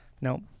no